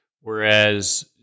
whereas